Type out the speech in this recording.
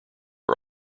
are